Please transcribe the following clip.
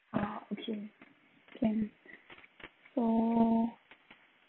a option plan for